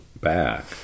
back